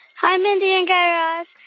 hi, mindy and guy raz.